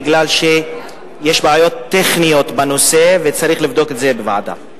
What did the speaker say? היא מכיוון שיש בעיות טכניות בנושא וצריך לבדוק את זה בוועדה.